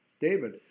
David